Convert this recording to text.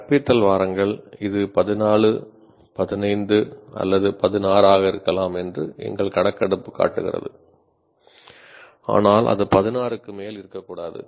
கற்பித்தல் வாரங்கள் இது 14 15 அல்லது 16 ஆக இருக்கலாம் என்று எங்கள் கணக்கெடுப்பு காட்டுகிறது ஆனால் அது 16 க்கு மேல் இருக்கக்கூடாது